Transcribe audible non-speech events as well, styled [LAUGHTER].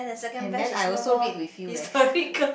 and then I also read with you leh [LAUGHS]